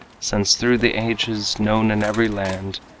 since through the ages known in every land,